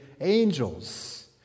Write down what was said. angels